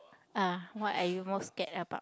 ah what are you most scared about